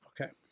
Okay